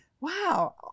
wow